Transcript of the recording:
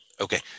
Okay